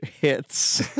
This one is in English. Hits